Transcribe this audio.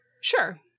sure